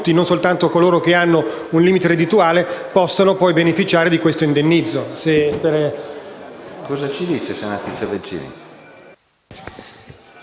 non soltanto coloro che hanno un limite reddituale, possano beneficiare di questo indennizzo.